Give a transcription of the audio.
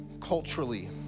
culturally